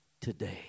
today